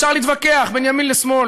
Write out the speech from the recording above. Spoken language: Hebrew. אפשר להתווכח בין ימין או שמאל.